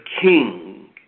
king